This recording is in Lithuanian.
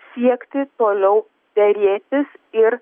siekti toliau derėsis ir